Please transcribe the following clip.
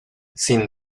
sin